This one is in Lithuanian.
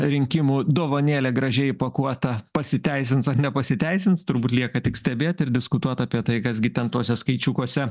rinkimų dovanėlė gražiai įpakuota pasiteisins ar nepasiteisins turbūt lieka tik stebėt ir diskutuot apie tai kas gi ten tuose skaičiukuose